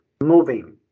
moving